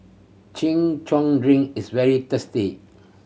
Chin Chow drink is very tasty